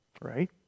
Right